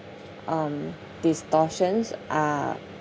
um distortions are